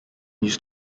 used